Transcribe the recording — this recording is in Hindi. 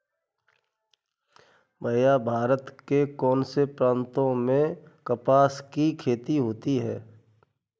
भैया भारत के कौन से प्रांतों में कपास की खेती होती है?